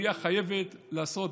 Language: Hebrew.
העירייה חייבת לעשות.